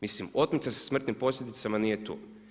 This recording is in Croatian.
Mislim otmica sa smrtnim posljedicama nije tu.